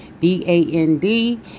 b-a-n-d